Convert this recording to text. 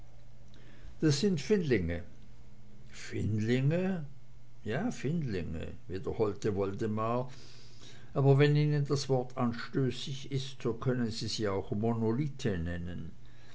das sind findlinge findlinge ja findlinge wiederholte woldemar aber wenn ihnen das wort anstößig ist so können sie sie auch monolithe nennen